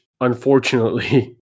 unfortunately